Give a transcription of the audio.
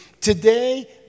Today